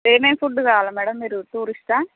ఏమేం ఫుడ్ కావాలి మేడం మీరు టూరిస్ట్